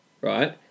right